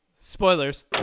spoilers